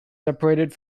separated